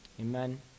Amen